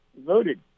voted